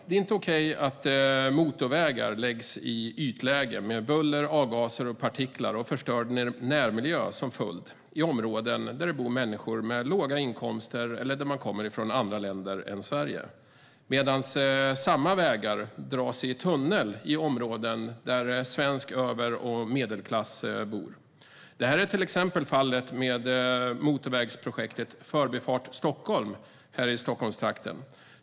Det är inte okej att motorvägar läggs i ytläge med buller, avgaser, partiklar och förstörd närmiljö som följd i områden där det bor människor med låga inkomster eller som kommer från andra länder än Sverige medan samma vägar dras i tunnel i områden där svensk över och medelklass bor. Detta är fallet till exempel här i Stockholmstrakten med motorvägsprojektet Förbifart Stockholm.